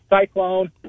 Cyclone